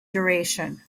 duration